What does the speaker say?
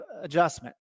adjustment